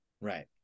right